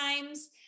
times